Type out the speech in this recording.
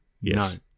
Yes